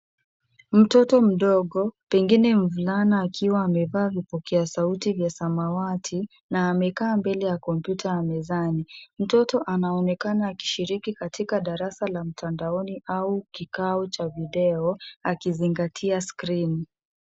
Mtoto mdogo, pengine mvulana akiwa amevaa vipokea sauti vya samawati na amekaa mbele ya kompyuta ya mezani. Mtoto anaonekana akishiriki katika darasa la mtandaoni au kikao cha video akizingatia skrini.